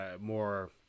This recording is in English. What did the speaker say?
more